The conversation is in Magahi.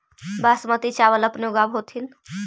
बासमती चाबल अपने ऊगाब होथिं?